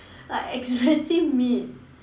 like expensive meat